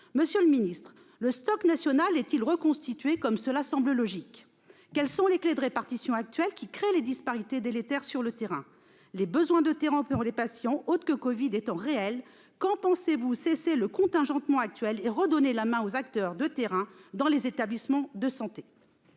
Monsieur le ministre, le stock national est-il reconstitué, comme cela semblerait logique ? Quelles sont les clés de répartition actuelles qui créent des disparités délétères ? Les besoins sur le terrain pour les patients autres que ceux atteints du Covid sont réels. Quand pensez-vous mettre un terme au contingentement actuel et redonner la main aux acteurs de terrain dans les établissements de santé ?